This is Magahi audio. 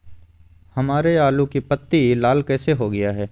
हमारे आलू की पत्ती लाल कैसे हो गया है?